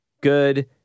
good